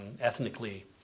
ethnically